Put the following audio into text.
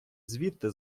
звідти